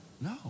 No